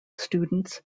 students